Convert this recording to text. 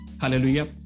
Hallelujah